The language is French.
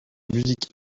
musique